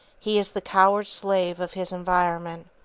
he is the coward slave of his environment,